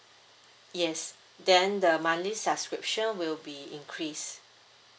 yes then the monthly subscription will be increased